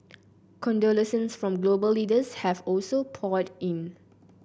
condolences from global leaders have also poured in